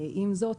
עם זאת,